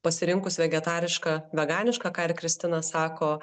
pasirinkus vegetarišką veganišką ką ir kristina sako